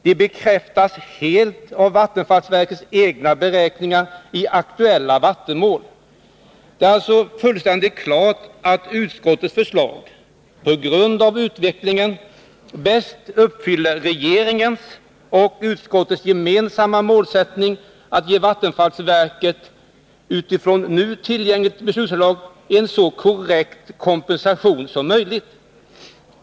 Det bekräftas helt av vattenfallsverkets egna beräkningar i aktuella vattenmål. Det är alltså fullständigt klart att utskottets förslag på grund av utvecklingen bäst uppfyller regeringens och utskottets gemensamma målsättning att ge vattenfallsverket, utifrån nu tillgängligt beslutsunderlag, en så korrekt kompensation som möjligt.